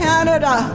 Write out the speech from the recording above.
Canada